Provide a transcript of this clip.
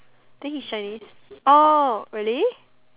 think he's Chinese oh really